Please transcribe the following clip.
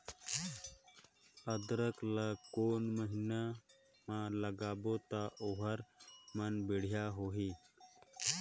अदरक ला कोन महीना मा लगाबो ता ओहार मान बेडिया होही?